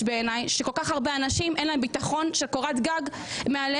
בעיניי שלכל כך הרבה אנשים אין להם ביטחון של קורת גג מעליהם